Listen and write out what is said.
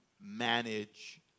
manage